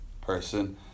person